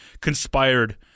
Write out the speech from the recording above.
conspired